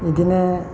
बिदिनो